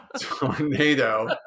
Tornado